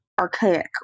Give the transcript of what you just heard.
archaic